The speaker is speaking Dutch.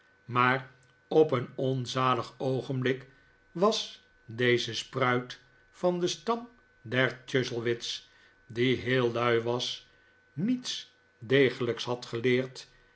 maar op een onzalig oogenblik was deze spruit van den stam der chuzzlewit's die heel lui was niets degelijks had geleerd